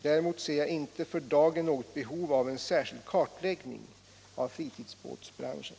Däremot ser jag inte för dagen något behov av en särskild kartläggning av fritidsbåtsbranschen.